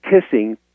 kissing